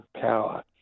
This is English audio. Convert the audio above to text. power